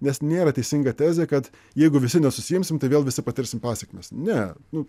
nes nėra teisinga tezė kad jeigu visi nesusiimsim tai vėl visi patirsim pasekmes ne nu